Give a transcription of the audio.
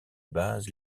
base